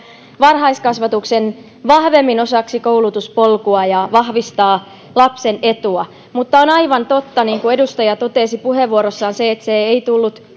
varhaiskasvatuksen vahvemmin osaksi koulutuspolkua ja vahvistaa lapsen etua mutta on aivan totta niin kuin edustaja totesi puheenvuorossaan että se ei tullut